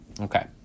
Okay